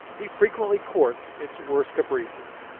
he frequently courts its worst caprices.